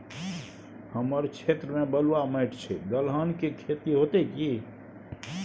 हमर क्षेत्र में बलुआ माटी छै, दलहन के खेती होतै कि?